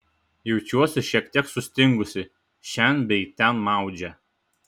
jaučiuosi šiek tiek sustingusi šen bei ten maudžia